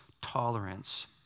tolerance